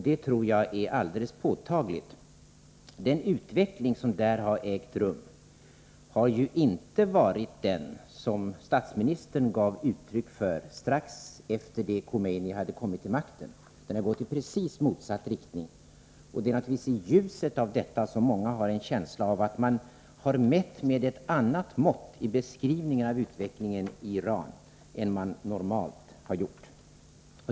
Det tror jag är alldeles påtagligt. Den utveckling som där har ägt rum har ju inte varit den som statsministern gav uttryck för strax efter det att Khomeini hade kommit till makten; den har gått i precis motsatt riktning. Det är naturligtvis i ljuset av detta som många har en känsla av att man mätt med annat mått i beskrivningen av utvecklingen i Iran än man normalt har gjort.